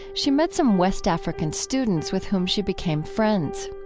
she met some west african students with whom she became friends.